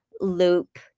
loop